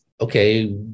okay